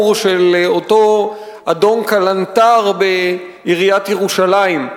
של אותו אדון כלנתר בעיריית ירושלים,